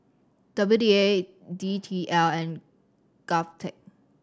W D A D T L and GovTech